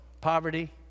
poverty